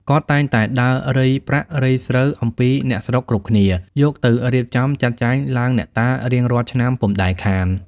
គាត់តែងតែដើររៃប្រាក់ រៃស្រូវអំពីអ្នកស្រុកគ្រប់គ្នា យកទៅរៀបចំ ចាត់ចែងឡើងអ្នកតារៀងរាល់ឆ្នាំពុំដែលខាន ។